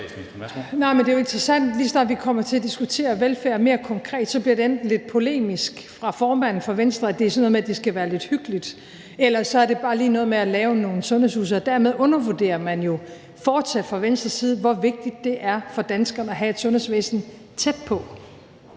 at lige så snart vi kommer til at diskutere velfærd mere konkret, bliver det enten lidt polemisk fra formanden fra Venstre, og det er sådan noget med, at det skal være lidt hyggeligt, eller det bare lige er noget med at lave nogle sundhedshuse, og dermed undervurderer man jo fortsat fra Venstres side, hvor vigtigt det er for danskerne at have et sundhedsvæsen tæt på,